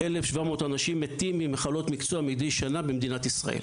1,700 אנשים מתים ממחלות מקצוע מידי שנה במדינת ישראל.